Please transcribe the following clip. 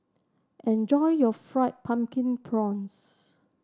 enjoy your Fried Pumpkin Prawns